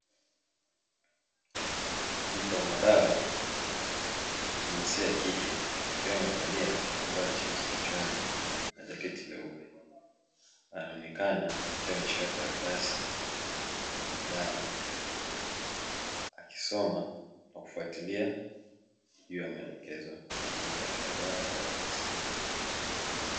Mtoa madawa jinsia ya kike akiwa amevalia kitambaa cheusi kichwani na jaketi leupe anaonekana akiwa ameshika karatasi na madawa akisoma na kufatilia juu ya maelekezo yaliyomo katika dawa na karatasi hiyo.